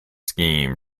scheme